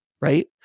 right